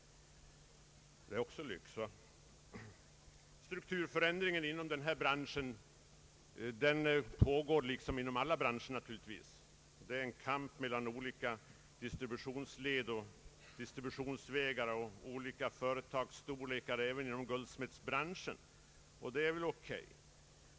Det är väl också fråga om lyxkonsumtion, eller hur? Strukturförändringen inom = guldsmedsbranschen pågår naturligtvis liksom inom alla branscher. Det förs en kamp mellan olika distributionsvägar och olika företagsstorlekar även inom den branschen, och det kan man inte göra mycket åt.